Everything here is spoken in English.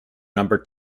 number